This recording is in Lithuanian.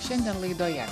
šiandien laidoje